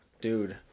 Dude